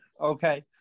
okay